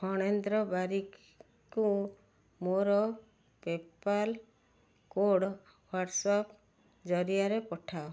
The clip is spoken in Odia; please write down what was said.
ଫଣେନ୍ଦ୍ର ବାରିକକୁ ମୋର ପେ ପାଲ୍ କୋଡ଼୍ ହ୍ଵାଟ୍ସଆପ୍ ଜରିଆରେ ପଠାଅ